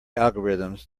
algorithms